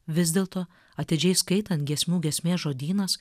vis dėlto atidžiai skaitant giesmių giesmės žodynas